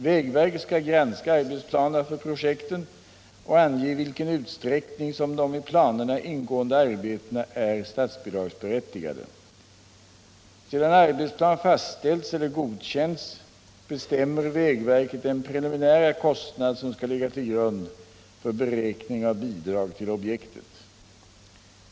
Vägverket skall granska arbetsplanerna för projekten och ange i vilken utsträckning som de i planerna ingående arbetena är statsbidragsberättigade. Sedan arbetsplan fastställts eller godkänts bestämmer vägverket den preliminära kostnad som skall ligga till grund för beräkning av bidrag till objektet.